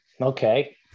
Okay